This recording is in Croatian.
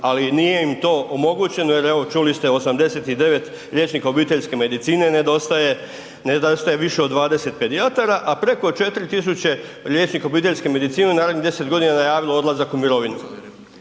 ali nije im to omogućeno jer evo čuli ste 89 liječnika obiteljske medicine nedostaje, nedostaje više od 20 pedijatara a preko 4 tisuće liječnika obiteljske medicine u narednih 10 godina je najavilo odlazak u mirovinu.